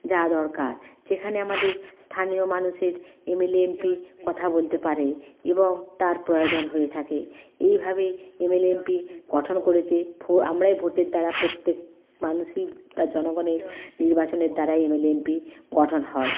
যাওয়া দরকার যেখানে আমাদের স্থানীয় মানুষের এমএলএ এমপি কথা বলতে পারে এবং তার প্রয়োজন হয়ে থাকে এইভাবে এমএলএ এমপি গঠন করেছে ভো আমরাই ভোটের দ্বারা প্রত্যেক মানুষই তার জনগণের নির্বাচনের দ্বারাই এমএলএ এমপি গঠন হয়